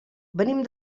venim